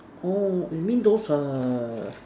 oh you mean those err